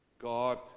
god